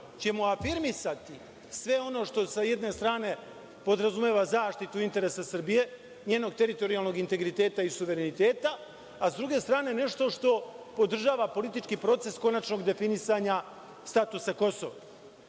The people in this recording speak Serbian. ćemo afirmisati sve ono što sa jedne strane podrazumeva zaštitu interesa Srbije, njenog teritorijalnog integriteta i suvereniteta, a sa druge strane nešto što podržava politički proces, konačnog definisanja statusa Kosova. Ja